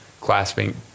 clasping